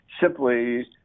simply